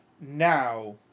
Now